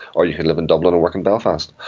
or you can live in dublin and work in belfast.